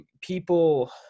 people